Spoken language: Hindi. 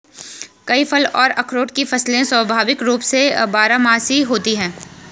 कई फल और अखरोट की फसलें स्वाभाविक रूप से बारहमासी होती हैं